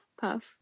puff